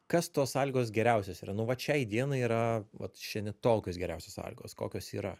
kas tos sąlygos geriausios yra nu vat šiai dienai yra vat šiandien tokios geriausios sąlygos kokios yra